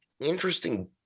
interesting